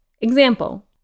Example